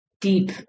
deep